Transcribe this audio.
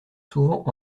souvent